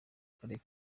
karere